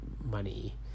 money